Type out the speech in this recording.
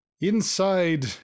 Inside